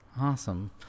Awesome